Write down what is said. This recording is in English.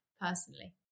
personally